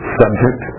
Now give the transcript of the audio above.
subject